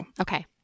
Okay